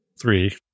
three